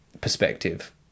perspective